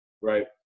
right